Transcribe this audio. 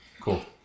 Cool